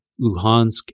Luhansk